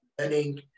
learning